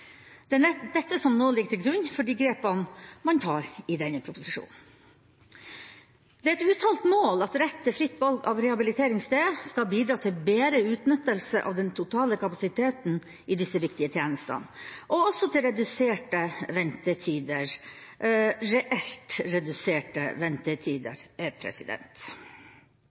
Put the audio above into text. etter. Det er dette som nå ligger til grunn for de grepene man tar i denne proposisjonen. Det er et uttalt mål at rett til fritt valg av rehabiliteringssted skal bidra til bedre utnyttelse av den totale kapasiteten i disse viktige tjenestene, og også til reduserte ventetider – reelt reduserte ventetider. Samtidig er